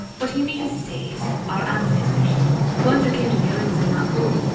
what he means to say is. our ancestors. the ones who came to the isles in that boat,